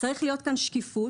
צריכה להיות כאן שקיפות,